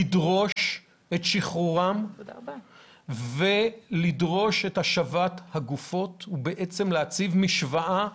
לדרוש את שחרורם ולדרוש את השבת הגופות ובעצם להציב משוואה חדשה,